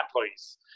employees